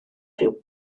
ryw